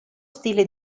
stile